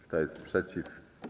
Kto jest przeciw?